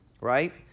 right